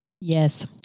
Yes